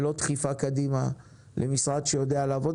ללא דחיפה קדימה לבין משרד שיודע לעבוד.